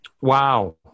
Wow